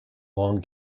long